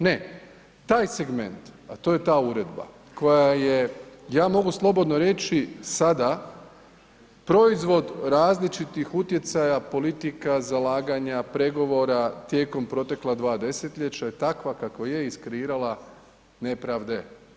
Ne, taj segment a to je ta uredba koja je, ja mogu slobodno reći sada proizvod različitih utjecaja politika, zalaganja, pregovora tijekom protekla dva desetljeća i takva kakva je iskreirala nepravde.